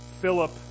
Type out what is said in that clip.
Philip